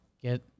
get